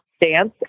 dance